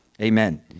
Amen